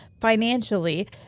financially